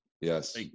Yes